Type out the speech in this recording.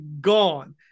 gone